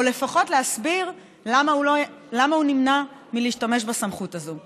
או לפחות להסביר למה הוא נמנע מלהשתמש בסמכות הזאת.